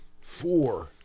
Four